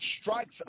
strikes